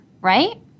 Right